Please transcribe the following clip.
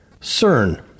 CERN